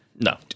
No